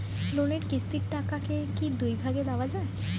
লোনের কিস্তির টাকাকে কি দুই ভাগে দেওয়া যায়?